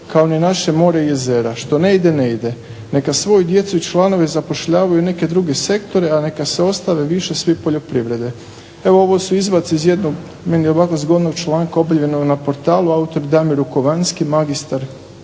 kao ni naše mora i jezera. Što ne ide, ne ide. Neka svoju djecu i članove zapošljavaju neke druge sektore, a neka se ostave više svi poljoprivrede. Evo ovo su izvaci iz jednog meni ovako zgodnog članka obavljenog na portalu autor Damir Rukovanski, magistar,